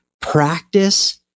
practice